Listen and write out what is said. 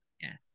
Yes